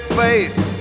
face